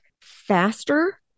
faster